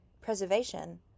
Preservation